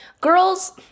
girls